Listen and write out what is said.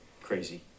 crazy